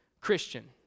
Christian